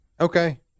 Okay